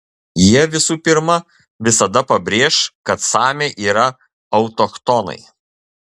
jie visų pirma visada pabrėš kad samiai yra autochtonai